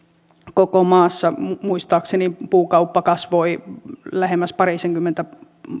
koko maassa muistaakseni puukauppa kasvoi lähemmäs parisenkymmentä